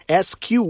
SQ